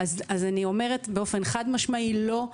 חד משמעי לא.